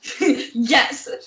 Yes